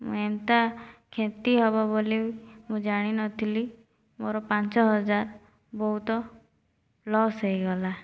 ମୁଁ ଏନ୍ତା କ୍ଷତି ହେବ ବୋଲି ମୁଁ ଜାଣିନଥିଲି ମୋର ପାଞ୍ଚ ହଜାର ବହୁତ ଲସ୍ ହୋଇଗଲା